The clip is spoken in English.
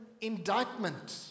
indictment